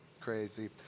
Crazy